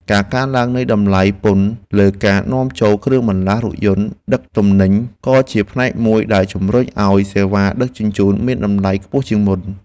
ការកើនឡើងនៃតម្លៃពន្ធលើការនាំចូលគ្រឿងបន្លាស់រថយន្តដឹកទំនិញក៏ជាផ្នែកមួយដែលជម្រុញឱ្យសេវាដឹកជញ្ជូនមានតម្លៃខ្ពស់ជាងមុន។